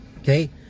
Okay